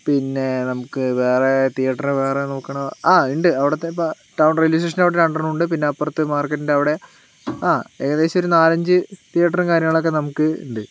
പിന്നെ നമുക്ക് വേറെ തിയേറ്ററ് വേറെ നോക്കണമെങ്കിൽ ആ ഉണ്ട് അവിടത്തെ ഇപ്പോൾ ടൗൺ റെയിൽവേ സ്റ്റേഷന്റെയവിടെ രണ്ടെണ്ണമുണ്ട് പിന്നെ അപ്പുറത്ത് മാർക്കറ്റിൻ്റെ അവിടെ ആ ഏകദേശം ഒരു നാലഞ്ച് തിയേറ്ററും കാര്യങ്ങളൊക്കെ നമുക്ക് ഉണ്ട്